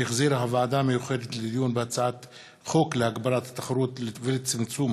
שהחזירה הוועדה המיוחדת לדיון בהצעת חוק להגברת התחרות ולצמצום